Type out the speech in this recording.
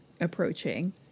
approaching